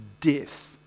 death